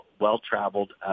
well-traveled